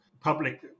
public